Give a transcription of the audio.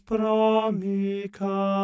Promica